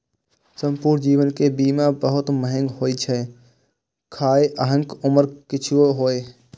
संपूर्ण जीवन के बीमा बहुत महग होइ छै, खाहे अहांक उम्र किछुओ हुअय